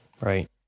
Right